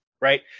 right